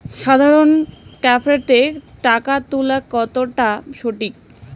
সাধারণ ক্যাফেতে টাকা তুলা কতটা সঠিক?